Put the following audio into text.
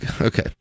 okay